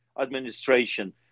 administration